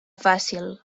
fàcil